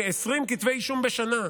כ-20 כתבי אישום בשנה.